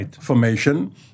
formation